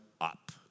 up